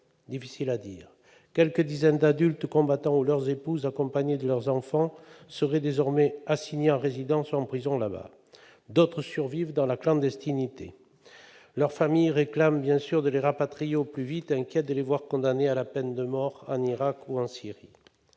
Difficile à dire ! Quelques dizaines d'adultes combattants ou leurs épouses, accompagnées de leurs enfants, seraient désormais assignés à résidence ou en prison là-bas. D'autres survivent dans la clandestinité. Leurs familles, inquiètes de les voir condamnés à la peine de mort en Irak ou en Syrie,